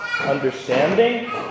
understanding